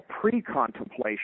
pre-contemplation